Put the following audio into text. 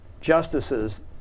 justices